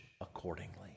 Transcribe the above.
accordingly